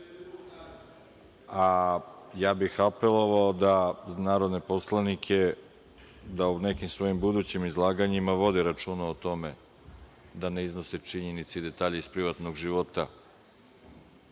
u sali.)Apelovao bih na narodne poslanike da u nekim svojim budućim izlaganjima vode računa o tome da ne iznose činjenice i detalje iz privatnog života